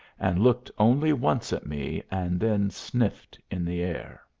and looked only once at me, and then sniffed in the air.